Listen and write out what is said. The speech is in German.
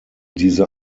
diese